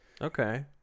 Okay